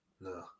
No